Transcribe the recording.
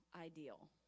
ideal